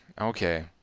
Okay